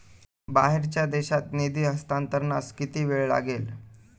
बाहेरच्या देशात निधी हस्तांतरणास किती वेळ लागेल?